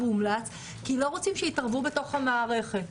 הומלץ כי לא רוצים שיתערבו בתוך המערכת.